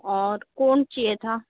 और कोन चाहिए था